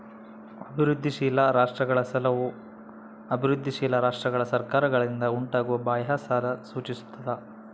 ಅಭಿವೃದ್ಧಿಶೀಲ ರಾಷ್ಟ್ರಗಳ ಸಾಲವು ಅಭಿವೃದ್ಧಿಶೀಲ ರಾಷ್ಟ್ರಗಳ ಸರ್ಕಾರಗಳಿಂದ ಉಂಟಾಗುವ ಬಾಹ್ಯ ಸಾಲ ಸೂಚಿಸ್ತದ